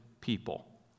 people